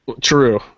True